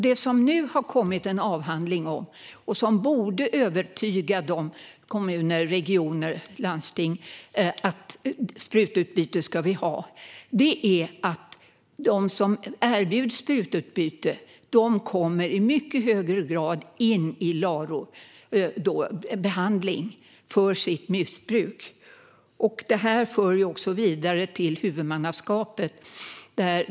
Det har nu kommit en avhandling, som borde övertyga kommuner, regioner och landsting om att vi ska ha sprututbyte, om att de som erbjuds sprututbyte i mycket högre grad kommer in i behandling, så kallad LARO, för sitt missbruk. Detta för oss vidare till huvudmannaskapet.